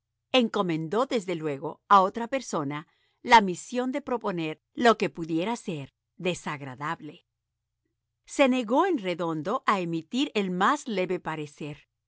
encomendó desde luego a otra persona la misión de proponer lo que pudiera ser desagradable se negó en redondo a emitir el más leve parecer